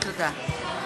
תודה.